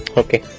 okay